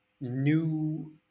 new